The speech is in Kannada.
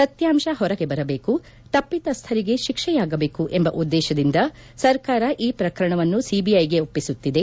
ಸತ್ನಾಂಶ ಹೊರಗೆ ಬರಬೇಕು ತಪ್ಪಿಸ್ಟರಿಗೆ ಶಿಕ್ಷೆಯಾಗಬೇಕು ಎಂಬ ಉದ್ದೇಶದಿಂದ ಸರ್ಕಾರ ಈ ಪ್ರಕರಣವನ್ನು ಸಿಬಿಐಗೆ ಒಪ್ಪಿಸುತ್ತಿದೆ